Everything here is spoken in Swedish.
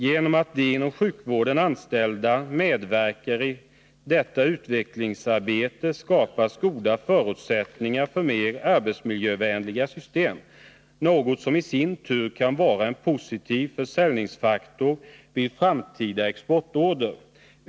Genom att de inom sjukvården anställda medverkar i detta utvecklingsarbete skapas goda förutsättningar för mer arbetsmiljövänliga system, något som i sin tur kan vara en positiv försäljningsfaktor vid framtida exportorder.